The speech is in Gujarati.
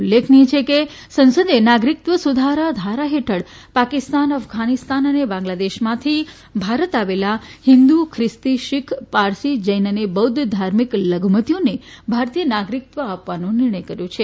ઉલ્લેખનિય છે કે સંસદે નાગરિકત્વ સુધારા ધારા હેઠળ પાકિસ્તાન અફઘાનિસ્તાન અને બાંગ્લાદેશમાંથી ભારત આવેલા હિંદુ ખ્રિસ્તી શિખ પારસી જૈન અને બૌદ્વ ધાર્મિક લધુમતીઓને ભારતીય નાગરિકત્વ આપવાનો નિર્ણય કર્યો છે